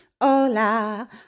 hola